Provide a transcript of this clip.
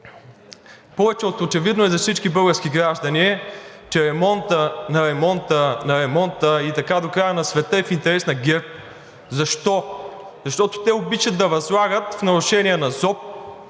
Повече от очевидно е за всички български граждани, че „ремонтът на ремонта, на ремонта“ и така до края на света е в интерес на ГЕРБ. Защо? Защото обичат да възлагат в нарушение на ЗОП,